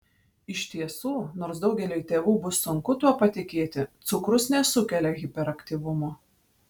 iš tiesų nors daugeliui tėvų bus sunku tuo patikėti cukrus nesukelia hiperaktyvumo